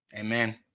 Amen